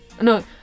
No